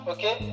Okay